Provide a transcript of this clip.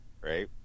right